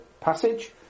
passage